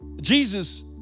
Jesus